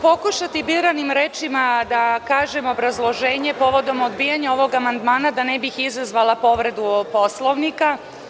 Pokušaću biranim rečima da kažem obrazloženje povodom odbijanja ovog amandmana, da ne bih izazvala povredu Poslovnika.